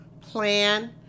plan